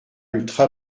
ultra